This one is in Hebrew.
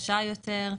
קשה יותר.